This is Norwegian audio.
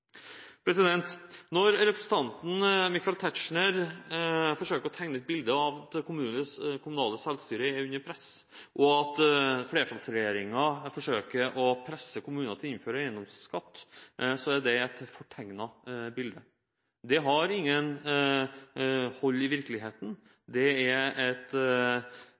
Når representanten Michael Tetzschner forsøker å tegne et bilde av at det kommunale selvstyre er under press, og at flertallsregjeringen forsøker å presse kommuner til å innføre eiendomsskatt, er det et fortegnet bilde. Det har ikke hold i virkeligheten. Det er et